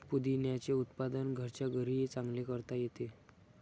पुदिन्याचे उत्पादन घरच्या घरीही चांगले करता येते